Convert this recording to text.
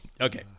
Okay